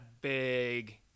big